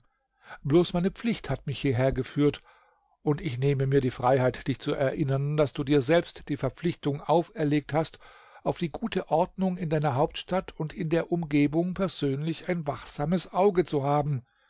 bloß meine pflicht hat mich hierhergeführt und ich nehme mir die freiheit dich zu erinnern daß du dir selbst die verpflichtung auferlegt hast auf die gute ordnung in deiner hauptstadt und in der umgebung persönlich ein wachsames auge zu haben